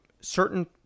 certain